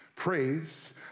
Praise